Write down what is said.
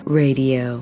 radio